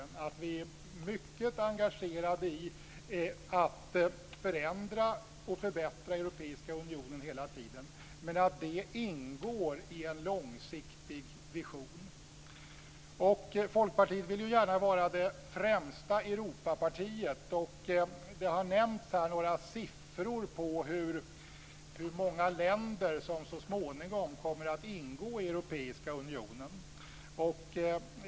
Vi ska vara mycket engagerade i arbetet med att förändra och förbättra den europeiska unionen hela tiden, men vi ska också vara medvetna om att det ingår i en långsiktig vision. Folkpartiet vill ju gärna vara det främsta Europapartiet. Här har nämnts några siffror på hur många länder som så småningom kommer att ingå i den europeiska unionen.